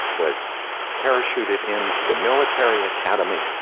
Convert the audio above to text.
was parachuted in to the military academy,